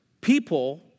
people